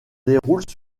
déroule